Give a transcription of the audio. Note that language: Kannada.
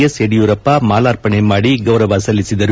ಎಸ್ ಯಡಿಯೂರಪ್ಪ ಮಾಲಾರ್ಪಣೆ ಮಾಡಿ ಗೌರವ ಸಲ್ಲಿಸಿದರು